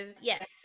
yes